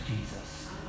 Jesus